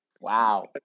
Wow